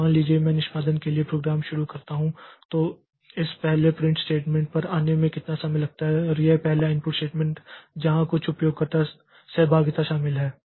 तो मान लीजिए कि मैं निष्पादन के लिए प्रोग्राम शुरू करता हूं तो इस पहले प्रिंट स्टेटमेंट पर आने में कितना समय लगता है या यह पहला इनपुट स्टेटमेंट जहां कुछ उपयोगकर्ता सहभागिता शामिल है